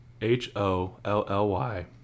H-O-L-L-Y